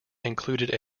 included